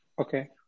Okay